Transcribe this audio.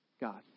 God